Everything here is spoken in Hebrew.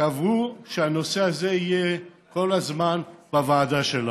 קבעו שהנושא הזה יהיה כל הזמן בוועדה שלנו.